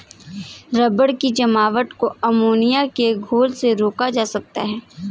rubber की जमावट को अमोनिया के घोल से रोका जा सकता है